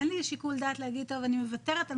אין לי שיקול דעת להגיד שאני מוותרת על